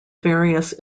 various